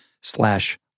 slash